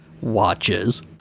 Watches